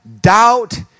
doubt